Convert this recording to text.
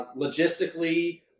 logistically